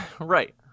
right